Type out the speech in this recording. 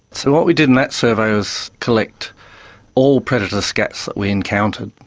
so what we did in that survey was collect all predator scats that we encountered.